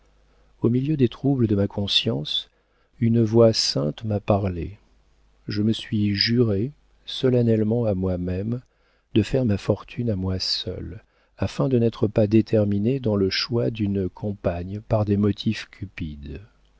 au milieu des troubles de ma conscience une voix sainte m'a parlé je me suis juré solennellement à moi-même de faire ma fortune à moi seul afin de n'être pas déterminé dans le choix d'une compagne par des motifs cupides